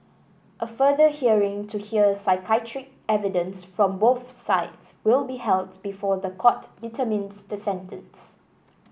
a further hearing to hear psychiatric evidence from both sides will be held before the court determines the sentence